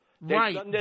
Right